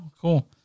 Cool